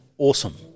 Awesome